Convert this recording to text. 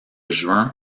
juin